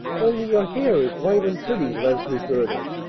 only your hair is white and pretty, leslie gurgled.